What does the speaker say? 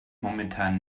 momentan